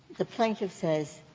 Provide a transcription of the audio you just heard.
the plaintiff says,